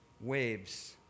waves